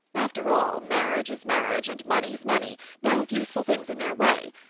after all, marriage is marriage, and money's money both useful things in their way.